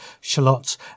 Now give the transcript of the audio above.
shallots